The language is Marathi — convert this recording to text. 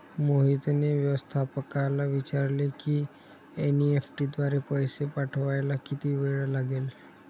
मोहितने व्यवस्थापकाला विचारले की एन.ई.एफ.टी द्वारे पैसे पाठवायला किती वेळ लागेल